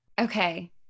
okay